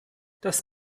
das